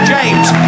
James